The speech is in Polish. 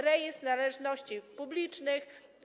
Rejestr należności publicznych.